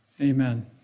Amen